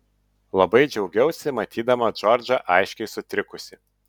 labai džiaugiausi matydama džordžą aiškiai sutrikusį